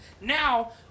Now